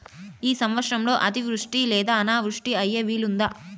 ఈ సంవత్సరంలో అతివృష్టి లేదా అనావృష్టి అయ్యే వీలుందా?